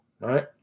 right